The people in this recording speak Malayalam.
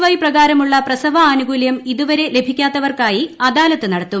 വൈ പ്രകാരമുളള പ്രസവാനുകൂലൃം ഇതുവരെ ലഭിക്കാത്തവർക്കായി അദാലത്ത് നടത്തും